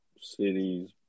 cities